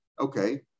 Okay